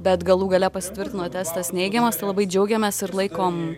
bet galų gale pasitvirtino testas neigiamas tai labai džiaugiamės ir laikom